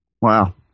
Wow